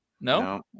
no